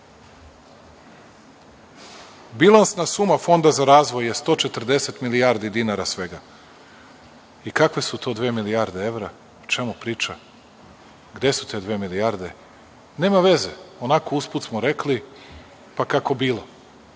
Bilansna suma Fonda za razvoj je 140 milijardi dinara svega i kakve su to dve milijarde evra, o čemu priča, gde su te dve milijarde? Nema veze, onako usput smo rekli pa kako bilo.